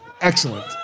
Excellent